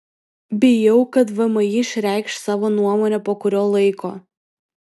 bijau kad vmi išreikš savo nuomonę po kurio laiko